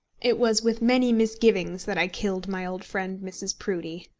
it was with many misgivings that i killed my old friend mrs. proudie.